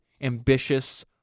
ambitious